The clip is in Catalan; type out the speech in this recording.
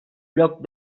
lloc